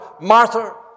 Martha